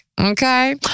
Okay